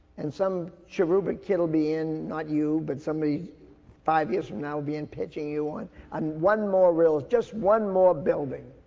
and some cherubic kid will be in, not you, but somebody five years from now will be in pitching you on, and one more reel, just one more building,